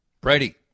Brady